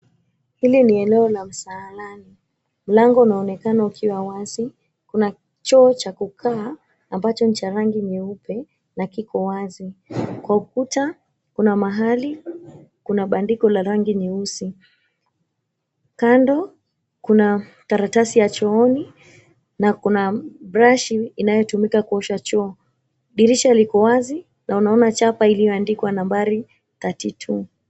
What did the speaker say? Hili ni eneo la msahalani mlango unaonekana ukiwa wazi kuna choo cha kukaa ambacho ni cha rangi nyeupe na kiko wazi. Kwa ukuta kuna mahali kuna bandiko la rangi nyeusi kando kuna karatasi ya chooni na kuna brushi inayo tumika kuosha choo dirisha liko wazi na unaona chapa ilioandika nambari 32.